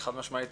חד משמעית.